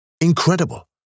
Incredible